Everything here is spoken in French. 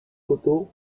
coteau